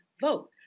vote